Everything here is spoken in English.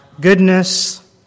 goodness